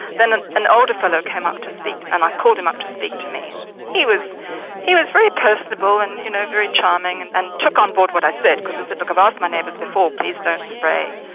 then an an older fellow came up to speak and i called him up to speak to me, and he was he was very personable and you know very charming and and took on board what i said, because i said, look, i've asked my neighbours before, please don't spray,